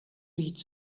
read